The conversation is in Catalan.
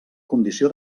condició